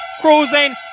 cruising